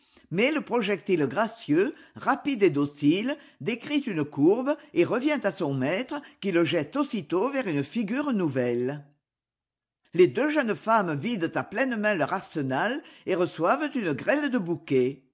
mais le projectile gracieux rapide et docile décrit une courbe et revient à son maître qui le jette aussitôt vers une figure nouvelle les deux jeunes femmes vident à pleines mains leur arsenal et reçoivent une grêle de bouquets